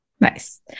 nice